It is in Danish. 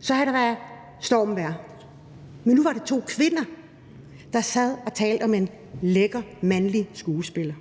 så havde der været stormvejr. Men nu var det to kvinder, der sad og talte om en lækker mandlig skuespiller.